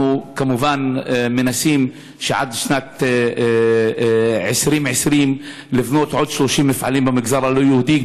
אנחנו כמובן מנסים עד שנת 2020 לבנות עוד 30 מפעלים במגזר הלא-יהודי,